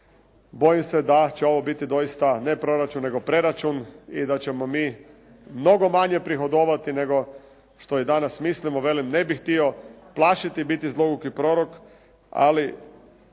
bojim se da će ovo biti doista ne proračun nego preračun i da ćemo mi mnogo manje prihodovati nego što i danas mislimo. Velim ne bih htio plašiti, biti zloguki prorok, ali